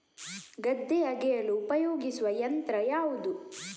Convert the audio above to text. ಗದ್ದೆ ಅಗೆಯಲು ಉಪಯೋಗಿಸುವ ಯಂತ್ರ ಯಾವುದು?